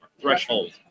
Threshold